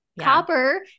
Copper